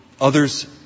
others